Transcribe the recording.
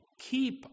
keep